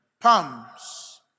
Palms